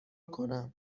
کنم